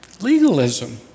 Legalism